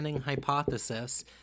hypothesis